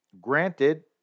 granted